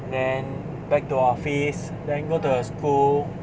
then back to office then go to your school